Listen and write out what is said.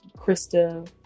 Krista